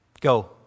Go